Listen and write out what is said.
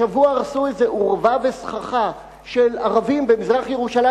השבוע הרסו איזו אורווה וסככה של ערבים במזרח-ירושלים.